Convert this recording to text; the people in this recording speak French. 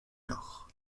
nord